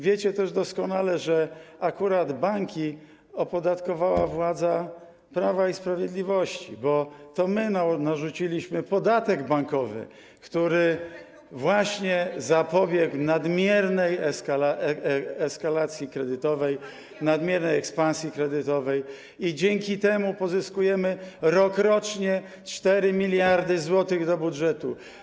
Wiecie też doskonale, że akurat banki opodatkowała władza Prawa i Sprawiedliwości, bo to my narzuciliśmy podatek bankowy który właśnie zapobiegł nadmiernej eskalacji kredytowej, nadmiernej ekspansji kredytowej, i dzięki temu pozyskujemy rokrocznie 4 mld zł do budżetu.